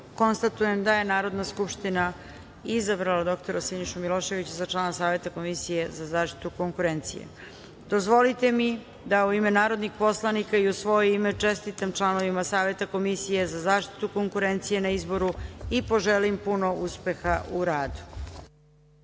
poslanika. Konstatujem da je Narodna skupština izabrala dr Sinišu Miloševića za člana Saveta Komisije za zaštitu konkurencije. Dozvolite mi da, u ime narodnih poslanika i u svoje ime, čestitam članovima Saveta Komisije za zaštitu konkurencije na izboru i poželim puno uspeha u